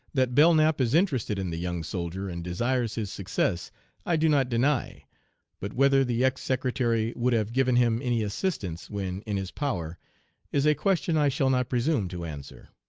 that belknap is interested in the young soldier and desires his success i do not deny but whether the ex-secretary would have given him any assistance when in his power is a question i shall not presume to answer.